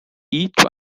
each